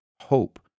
Hope